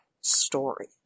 story